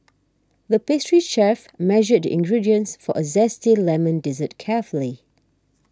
the pastry chef measured the ingredients for a Zesty Lemon Dessert carefully